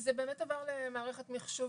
זה עבר למערכת מחשובית,